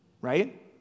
right